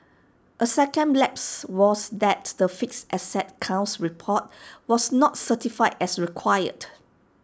A second lapse was that the fixed asset count report was not certified as required